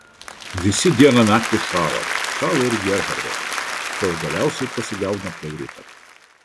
visi dieną naktį šąla šąla ir gerhardas kol galiausiai pasigauna pleuritą